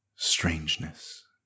strangeness